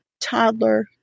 toddler